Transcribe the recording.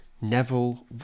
Neville